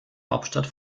hauptstadt